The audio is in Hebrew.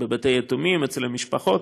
בבתי-יתומים, אצל המשפחות.